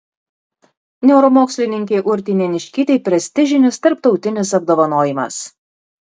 neuromokslininkei urtei neniškytei prestižinis tarptautinis apdovanojimas